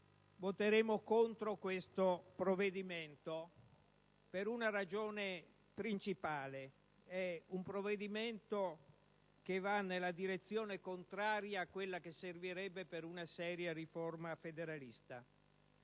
voteremo contro questo provvedimento per una ragione principale: è un provvedimento che va nella direzione contraria a quella che servirebbe per una seria riforma federalista.